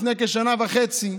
לפני שנה וחצי,